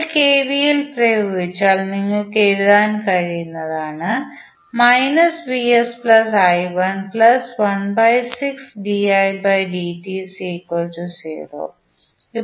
നിങ്ങൾ കെവിഎൽ പ്രയോഗിച്ചാൽ നിങ്ങൾക്ക് എഴുതാൻ കഴിയുന്നതെന്താണ്